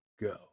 Go